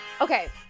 okay